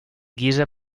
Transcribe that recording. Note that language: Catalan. guisa